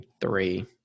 three